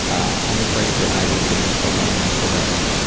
i'm afraid that i will be alone forever.